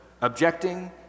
objecting